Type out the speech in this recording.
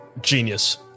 genius